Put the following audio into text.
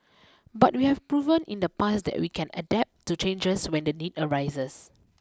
but we have proven in the past that we can adapt to changes when the need arises